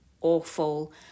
awful